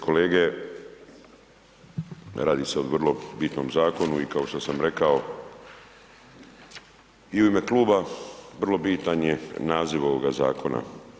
Kolegice i kolege, radi se o vrlo bitnom zakonu i kao što sam rekao i u ime kluba vrlo bitan je naziv ovoga zakona.